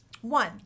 One